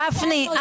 גפני,